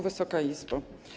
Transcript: Wysoka Izbo!